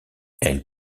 elle